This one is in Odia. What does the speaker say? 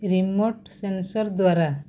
ରିମୋଟ୍ ସେନସର୍ ଦ୍ଵାରା